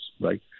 right